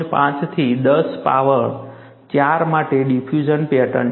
5 થી 10 પાવર 4 માટે diffusion pattern છે